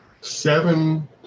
seven